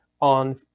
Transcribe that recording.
on